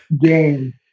game